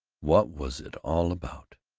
what was it all about?